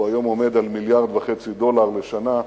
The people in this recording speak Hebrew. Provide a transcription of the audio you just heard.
שהיום הוא עומד על מיליארד וחצי דולר לשנה.